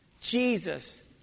Jesus